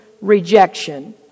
Rejection